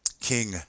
king